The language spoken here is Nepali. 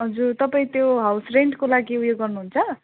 हजुर तपाईँ त्यो हाउस रेन्टको लागि उयो गर्नुहुन्छ